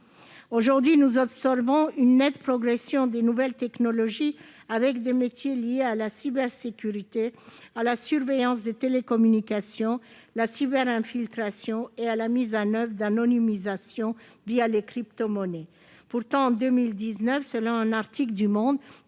Aujourd'hui, nous observons une nette progression des nouvelles technologies, avec la montée en puissance de métiers liés à la cybersécurité, la surveillance des télécommunications, la cyber-infiltration ou encore la mise en oeuvre d'anonymisation les crypto-monnaies. Pourtant, selon un article du de